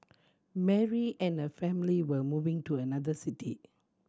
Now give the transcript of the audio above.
Mary and her family were moving to another city